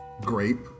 grape